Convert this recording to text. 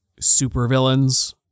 supervillains